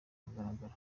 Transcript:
mugaragaro